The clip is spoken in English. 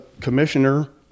commissioner